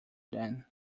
then